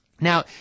Now